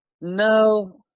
no